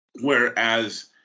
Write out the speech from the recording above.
Whereas